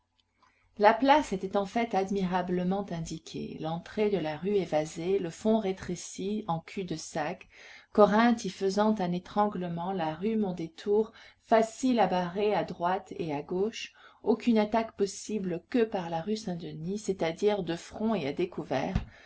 la place était en fait admirablement indiquée l'entrée de la rue évasée le fond rétréci et en cul-de-sac corinthe y faisant un étranglement la rue mondétour facile à barrer à droite et à gauche aucune attaque possible que par la rue saint-denis c'est-à-dire de front et à découvert